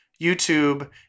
YouTube